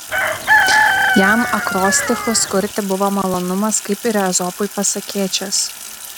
jam akrostichus kurti buvo malonumas kaip ir ezopui pasakėčias